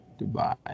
Dubai